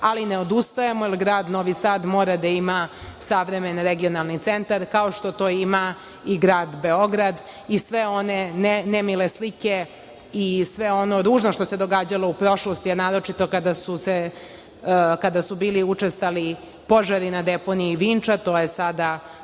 ali ne odustajemo, jer grad Novi Sad mora da ima savremeni regionalni centar, kao što to ima i grad Beograd i sve one nemile slike i ružno što se događalo u prošlosti, a naročito kada su bili učestali požari na deponiji Vinča, to je sada